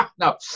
No